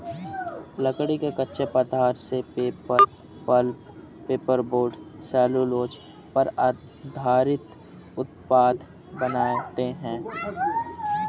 लकड़ी के कच्चे पदार्थ से paper, pulp, paper board, cellulose पर आधारित उत्पाद बनाते हैं